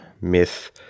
myth